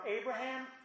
Abraham